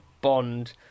Bond